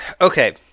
Okay